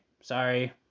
sorry